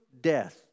death